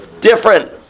different